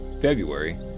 February